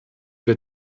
wir